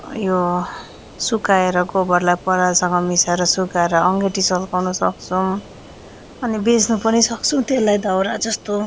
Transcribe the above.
यो सुकाएर गोबरलाई परालसँग मिसाएर सुकाएर अँगेठी सल्काउन सक्छौँ अनि बेच्नु पनि सक्छौँ त्यसलाई दाउरा जस्तो